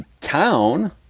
town